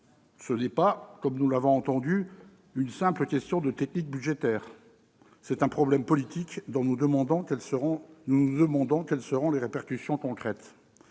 Ce n'est pas, comme nous l'avons entendu, une simple question de technique budgétaire. C'est un problème politique dont nous nous demandons quelles seront les répercussions concrètes.